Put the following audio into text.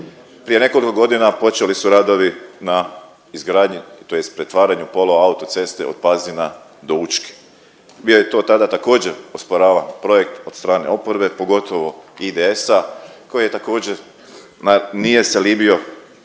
Prije nekoliko godina počeli su radovi na izgradnji, tj. pretvaranju pola autoceste od Pazina do Učke. Bio je to tada također osporavan projekt od strane oporbe pogotovo IDS-a koji je također nije se libio